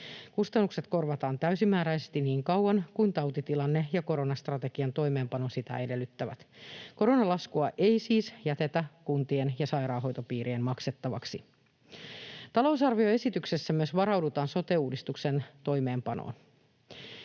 Kustannukset korvataan täysimääräisesti niin kauan kuin tautitilanne ja koronastrategian toimeenpano sitä edellyttävät. Koronalaskua ei siis jätetä kuntien ja sairaanhoitopiirien maksettavaksi. Talousarvioesityksessä myös varaudutaan sote-uudistuksen toimeenpanoon.